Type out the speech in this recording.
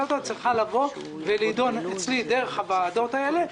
אותה צריכה להידון אצלי דרך הוועדות האלה.